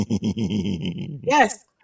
yes